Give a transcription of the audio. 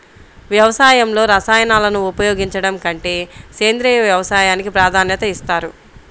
వ్యవసాయంలో రసాయనాలను ఉపయోగించడం కంటే సేంద్రియ వ్యవసాయానికి ప్రాధాన్యత ఇస్తారు